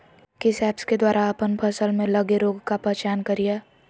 किस ऐप्स के द्वारा अप्पन फसल में लगे रोग का पहचान करिय?